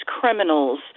criminals